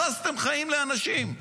הרסתם חיים לאנשים.